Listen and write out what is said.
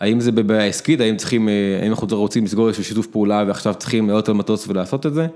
האם זה בבעיה עסקית, האם אנחנו רוצים לסגור איזשהו שיתוף פעולה ועכשיו צריכים לעלות על מטוס ולעשות את זה?